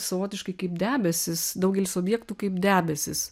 savotiškai kaip debesys daugelis objektų kaip debesys